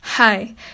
Hi